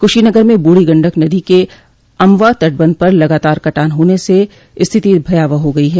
कुशीनगर में बूढ़ी गंडक नदी के अमवा तटबंध पर लगातार कटान होने से स्थिति भयावह हो गई है